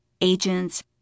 agents